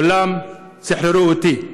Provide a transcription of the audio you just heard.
כולן סחררו אותי.